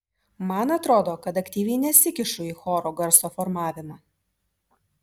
man atrodo kad aktyviai nesikišu į choro garso formavimą